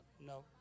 no